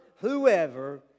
whoever